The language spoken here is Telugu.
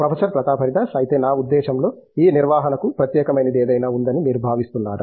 ప్రొఫెసర్ ప్రతాప్ హరిదాస్ అయితే నా ఉద్దేశంలో ఈ నిర్వహణకు ప్రత్యేకమైనది ఏదైనా ఉందని మీరు భావిస్తున్నారా